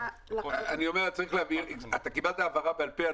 אני אומר שצריך להבין אתה קיבלת הבהרה בעל-פה.